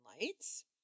Lights